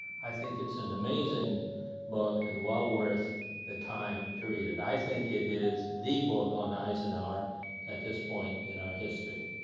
i think it's an amazing book and well worth the time to read it. i think it is the book on eisenhower at this point in our history.